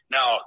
Now